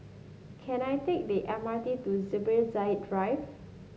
can I take the M R T to Zubir Said Drive